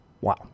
Wow